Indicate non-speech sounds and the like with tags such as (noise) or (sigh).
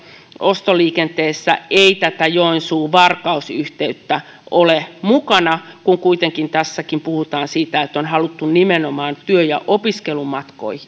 ostoliikenteessä ei tätä joensuu varkaus yhteyttä ole mukana kun kuitenkin tässäkin puhutaan siitä että on haluttu nimenomaan työ ja opiskelumatkoja (unintelligible)